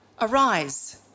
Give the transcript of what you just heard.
Arise